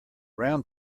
round